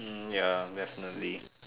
hmm ya definitely